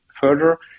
further